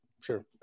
Sure